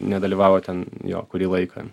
nedalyvavo ten jo kurį laiką